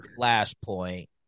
Flashpoint